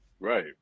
Right